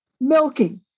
milking